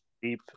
sleep